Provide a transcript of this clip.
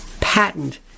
patent